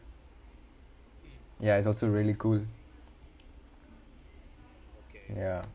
ya it's also really cool ya